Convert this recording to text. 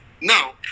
Now